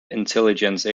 intelligence